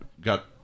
got